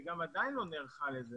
אבל היא עדיין לא נערכת לזה.